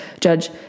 Judge